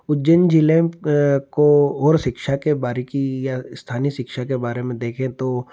उज्जैन जिले को और शिक्षा की बारीकी या स्थानीय शिक्षा के बारे में देखें तो